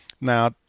Now